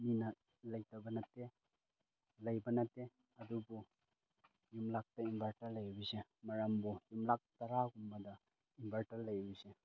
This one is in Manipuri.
ꯃꯤꯅ ꯂꯩꯇꯕ ꯅꯠꯇꯦ ꯂꯩꯕ ꯅꯠꯇꯦ ꯑꯗꯨꯕꯨ ꯌꯨꯝꯂꯛꯇ ꯏꯟꯕꯔꯇꯔ ꯂꯩꯕꯁꯦ ꯃꯔꯝꯕꯨ ꯌꯨꯝꯂꯛ ꯇꯔꯥꯒꯨꯝꯕꯗ ꯏꯟꯕꯔꯇꯔ ꯂꯩꯔꯤꯁꯦ